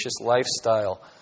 lifestyle